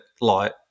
light